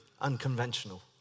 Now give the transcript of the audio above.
unconventional